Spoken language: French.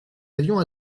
avions